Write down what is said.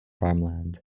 farmland